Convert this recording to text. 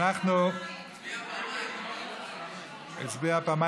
היא הצביעה פעמיים.